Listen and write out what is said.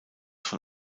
von